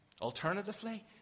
Alternatively